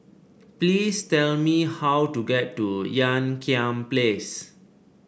please tell me how to get to Ean Kiam Place